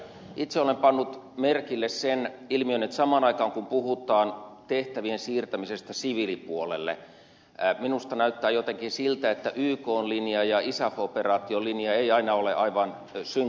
itse olen pannut merkille sen ilmiön että samaan aikaan kun puhutaan tehtävien siirtämisestä siviilipuolelle minusta näyttää jotenkin siltä että ykn linja ja isaf operaation linja eivät aina ole aivan synkronissa